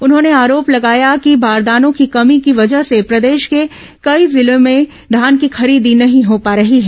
उन्होंने आरोप लगाया कि बारदानों की कमी की वजह से प्रदेश के कई जिलों में धान की खरीदी नहीं हो पा रही है